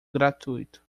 gratuito